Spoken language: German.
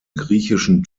griechischen